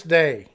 day